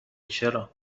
چرا